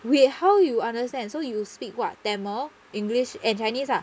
wait how you understand so you speak what tamil english and chinese ah